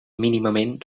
mínimament